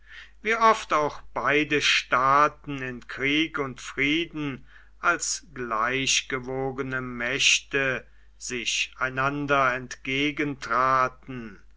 wie oft auch beide staaten in krieg und frieden als gleichgewogene mächte sich einander